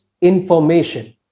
information